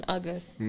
August